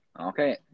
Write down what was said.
okay